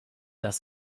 dass